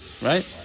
right